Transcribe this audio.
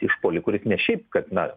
išpuolį kuris ne šiaip kad na